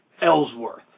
Ellsworth